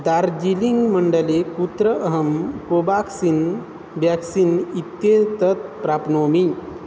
दार्जिलिङ्ग् मण्डले कुत्र अहं कोबाक्सिन् ब्याक्सिन् इत्येतत् प्राप्नोमि